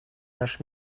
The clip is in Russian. наш